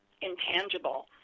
intangible